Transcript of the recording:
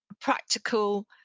practical